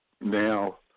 Now